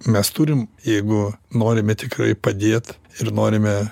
mes turim jeigu norime tikrai padėt ir norime